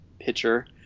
pitcher